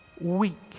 weak